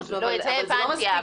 את זה הבנתי,